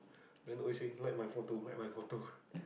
then always say like my photo like my photo